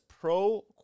pro